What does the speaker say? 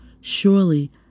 Surely